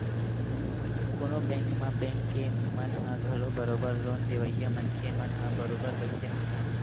कोनो बेंक म बेंक के मन ह घलो बरोबर लोन देवइया मनखे मन ह बरोबर बइठे रहिथे